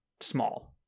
small